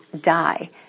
die